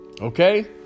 okay